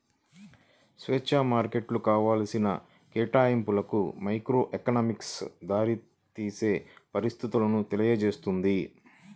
స్వేచ్ఛా మార్కెట్లు కావాల్సిన కేటాయింపులకు మైక్రోఎకనామిక్స్ దారితీసే పరిస్థితులను తెలియజేస్తుంది